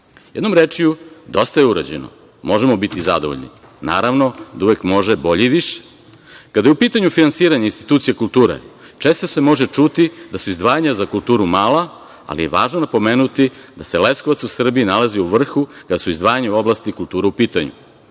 Jednom rečju, dosta je urađeno. Možemo biti zadovoljni, ali naravno da uvek može bolje i više. Kada je u pitanju finansiranje institucija kulture, često se može ćuti da su izdvajanja za kulturu mala, ali je važno napomenuti da se Leskovac u Srbiji nalazi u vrhu kada su izdvajanja u oblasti kulture u pitanju.